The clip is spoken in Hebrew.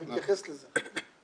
אני אתייחס לזה.